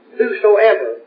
whosoever